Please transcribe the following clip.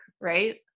right